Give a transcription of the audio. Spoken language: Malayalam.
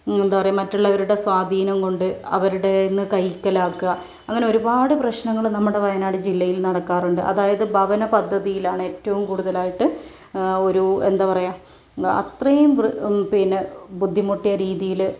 എന്താ പറയുക മറ്റുള്ളവരുടെ സ്വാധീനംകൊണ്ട് അവരുടെ കയ്യിൽ നിന്ന് കൈക്കലാക്കുക അങ്ങനെ ഒരുപാട് പ്രശ്നങ്ങൾ നമ്മുടെ വയനാട് ജില്ലയിൽ നടക്കാറുണ്ട് അതായത് ഭവന പദ്ധതിയിലാണ് ഏറ്റവും കൂടുതലായിട്ട് ഒരു എന്താ പറയുക അത്രയും പിന്നെ ബുദ്ധിമുട്ടിയ രീതിയിൽ